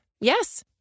Yes